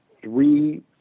Three